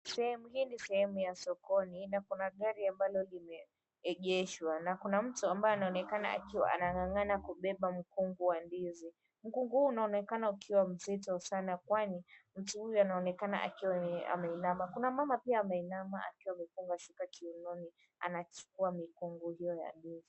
Sehemu hii ni sehemu ya sokoni na kuna gari ambalo limeegeshwa na kuna mtu ambaye anaonekana akiwa anang'ang'ana kubeba mkungu wa ndizi. Mkungu huu unaonekana ukiwa mzito sana kwani, mtu huyu anaonekana akiwa ameinama. Kuna mama pia ameinama akiwa amefunga shuka kiunoni anachukua mikungu hiyo ya ndizi.